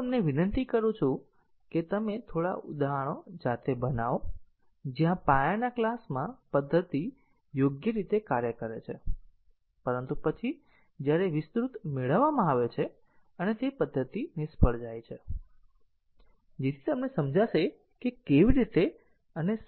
હું તમને વિનંતી કરું છું કે તમે થોડા ઉદાહરણો જાતે બનાવો જ્યાં પાયાના ક્લાસમાં પદ્ધતિ યોગ્ય રીતે કાર્ય કરે છે પરંતુ પછી જ્યારે વિસ્તૃત મેળવવામાં આવે છે અને પદ્ધતિ નિષ્ફળ જાય છે જેથી તમને સમજશે કે કેવી રીતે